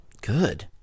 Good